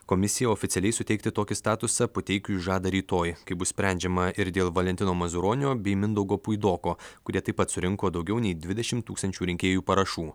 komisija oficialiai suteikti tokį statusą puteikiui žada rytoj kai bus sprendžiama ir dėl valentino mazuronio bei mindaugo puidoko kurie taip pat surinko daugiau nei dvidešim tūkstančių rinkėjų parašų